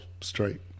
straight